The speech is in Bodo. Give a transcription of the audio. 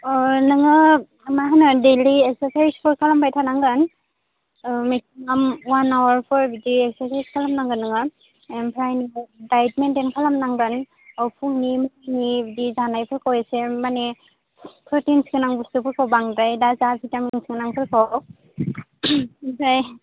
ओ नोंङो मा होनो दैलि एक्सारसाइजखौ खालामबाय थानांगोन ओ मेक्सिमाम अवान आवारखौ बिदि एक्सारसाइज खालामनांगोन नोंङो ओमफ्राय नों डाइट मेनतेन खालामनांगोन गायखेर मित सिनि जानायफोरखौ एसे मानि प्रतिन गोनां बुस्तुखौ बांद्राय दाजा आरो भिटामिन गोनां फोरखौ ओ ओम